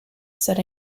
said